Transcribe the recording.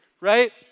right